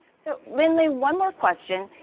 so lindley, one more question.